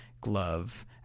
glove